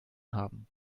haben